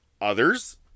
Others